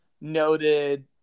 noted